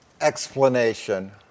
explanation